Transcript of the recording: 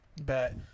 bet